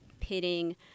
pitting